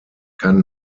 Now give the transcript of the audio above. kann